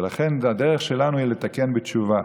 ולכן, הדרך שלנו היא לתקן בתשובה.